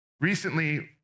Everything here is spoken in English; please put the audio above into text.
Recently